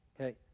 Okay